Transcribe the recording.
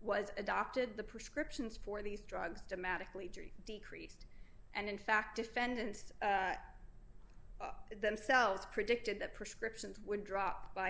was adopted the prescriptions for these drugs dramatically during decreased and in fact defendants themselves predicted that prescriptions would drop by